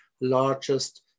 largest